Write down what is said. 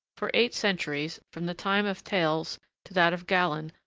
for eight centuries, from the time of thales to that of galen,